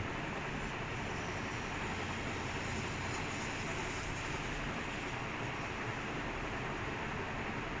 no but usually no usually teams prevent passing back at the end right because if they lose the ball they are quite screwed in the box